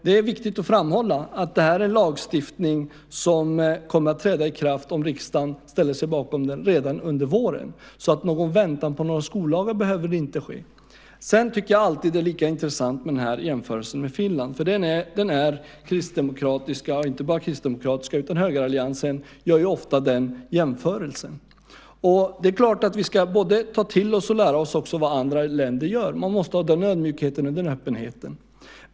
Det är viktigt att framhålla att det här är lagstiftning som kommer att träda i kraft, om riksdagen ställer sig bakom den, redan under våren. Så någon väntan på några skollagar behöver det inte bli. Jag tycker alltid att det är lika intressant med jämförelsen med Finland. Högeralliansen gör ju ofta den jämförelsen. Det är klart att vi ska ta till oss och lära oss vad andra länder gör. Man måste ha den ödmjukheten och den öppenheten.